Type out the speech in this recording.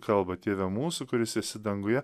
kalba tėve mūsų kuris esi danguje